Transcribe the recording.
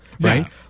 right